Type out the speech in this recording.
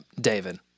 David